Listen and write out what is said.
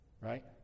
right